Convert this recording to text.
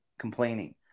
complaining